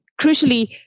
crucially